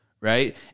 Right